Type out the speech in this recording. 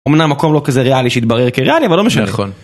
אמנם המקום לא כזה ריאלי שיתברר כריאלי, אבל לא משנה.